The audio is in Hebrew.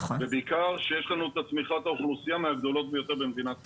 ובעיקר כשיש לנו את צמיחת האוכלוסייה מהגדולות ביותר במדינת ישראל.